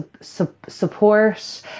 support